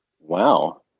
Wow